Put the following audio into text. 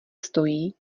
stojí